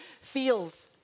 feels